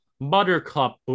Buttercup